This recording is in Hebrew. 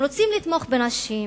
הם רוצים לתמוך בנשים,